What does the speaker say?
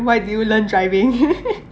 why did you learn driving